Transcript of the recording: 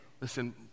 listen